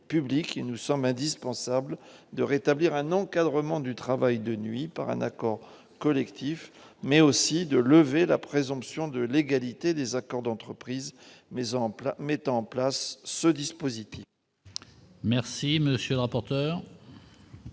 qui nous sommes indispensable de rétablir un encadrement du travail de nuit par un accord collectif, mais aussi de lever la présomption de l'égalité des accords d'entreprise, mais en plus, mettant en place ce dispositif. Merci, monsieur le rapporteur.